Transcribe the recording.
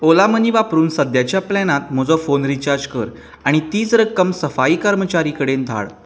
Ola money वापरून सद्याच्या प्लॅनांत म्हजो फोन रिचार्ज कर आनी तीच रक्कम सफाई कर्मचारी कडेन धाड